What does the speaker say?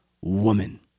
woman